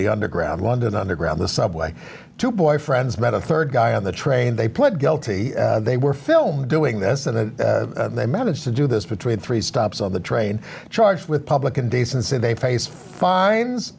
the underground london underground the subway two boyfriends about a third guy on the train they pled guilty they were filmed doing this and they managed to do this between three stops on the train charged with public in